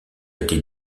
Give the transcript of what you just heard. été